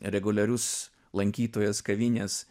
reguliarus lankytojas kavinės